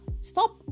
Stop